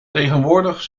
tegenwoordig